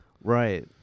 right